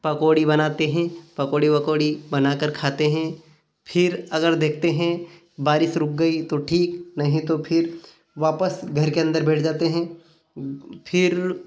पकौड़ी बनाते हैं पकौड़ी वकौड़ी बना कर खाते हैं फिर अगर देखते हैं बारिश रुक गई तो ठीक नहीं तो फिर वापस घर के अंदर बैठ जाते हैं फिर